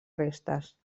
restes